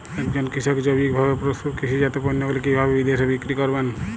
একজন কৃষক জৈবিকভাবে প্রস্তুত কৃষিজাত পণ্যগুলি কিভাবে বিদেশে বিক্রি করবেন?